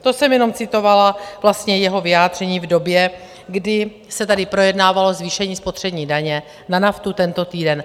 To jsem jenom citovala vlastně jeho vyjádření v době, kdy se tady projednávalo zvýšení spotřební daně na naftu tento týden.